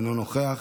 אינו נוכח,